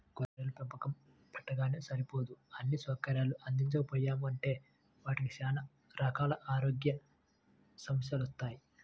గొర్రెల పెంపకం పెట్టగానే సరిపోదు అన్నీ సౌకర్యాల్ని అందించకపోయామంటే వాటికి చానా రకాల ఆరోగ్య సమస్యెలొత్తయ్